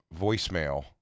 voicemail